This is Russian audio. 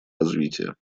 развития